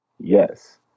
Yes